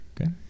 okay